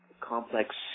complex